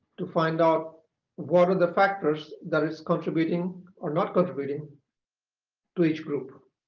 to find out what are the factors that is contributing or not contributing to each group,